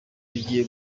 tugiye